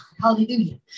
Hallelujah